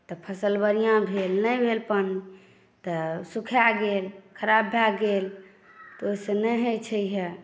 तऽ फसल बढ़िआँ भेल नहि भेल पानी तऽ सुखाए गेल खराब भए गेल तऽ ओहिसँ नइ होइत छै हए